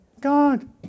God